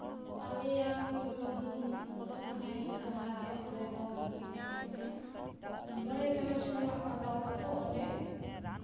ᱟᱞᱮᱭᱟᱝ ᱟᱛᱳ ᱠᱷᱚᱱ ᱦᱮᱸ ᱠᱟᱹᱴᱤᱡ ᱥᱟᱦᱟᱨᱮ ᱚᱸᱰᱮ ᱫᱚ ᱢᱟᱱᱮ ᱪᱮᱫ ᱠᱚ ᱞᱟᱹᱭᱟ ᱢᱚᱬᱮ ᱪᱟᱱᱟᱪ ᱠᱷᱚᱱᱟᱜ ᱠᱚ ᱦᱟᱛᱟᱣ ᱠᱚᱣᱟ ᱛᱚ ᱚᱸᱰᱮ